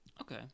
Okay